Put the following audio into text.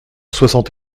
soixante